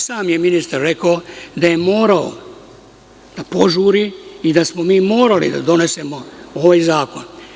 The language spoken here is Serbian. Sam je ministar rekao da je morao da požuri i da smo mi morali da donesemo ovaj zakon.